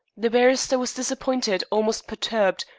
the barrister was disappointed, almost perturbed,